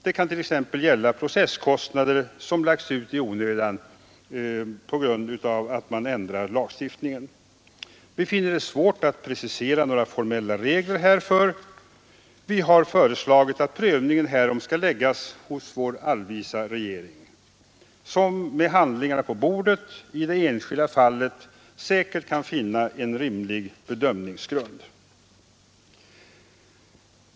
Det kan t.ex. gälla processkostnader som erlagts i onödan på grund av att lagstiftningen ändrats. Vi finner det svårt att precisera några formella regler härför, och av den anledningen har vi föreslagit att prövningen skall läggas hos vår allvisa regering, som med handlingarna på bordet i det enskilda fallet säkert kan finna en rimlig bedöm ningsgrund.